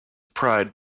pride